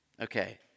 okay